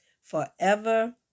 forever